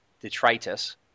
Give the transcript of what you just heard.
detritus